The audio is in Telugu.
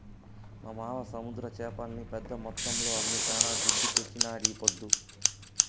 మా మావ సముద్ర చేపల్ని పెద్ద మొత్తంలో అమ్మి శానా దుడ్డు తెచ్చినాడీపొద్దు